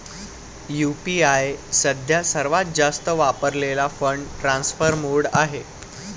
UPI सध्या सर्वात जास्त वापरलेला फंड ट्रान्सफर मोड आहे